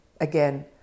again